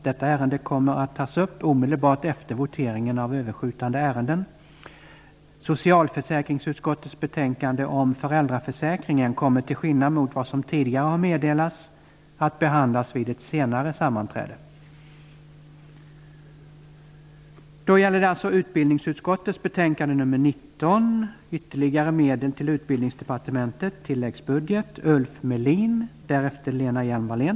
Det kommer att föreslås att båda betänkandena avgörs efter en bordläggning och sålunda behandlas vid morgondagens sammanträde. Socialutskottets betänkande kommer att upptas till behandling omedelbart efter voteringen av överskjutande ärenden.